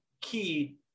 key